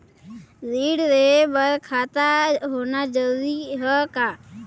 ऋण लेहे बर खाता होना जरूरी ह का?